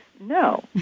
No